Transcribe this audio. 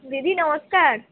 দিদি নমস্কার